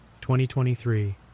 2023